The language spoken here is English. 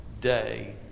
day